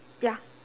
ya